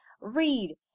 Read